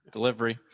Delivery